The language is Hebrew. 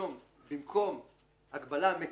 ולרשום במקום הגבלה מתירה,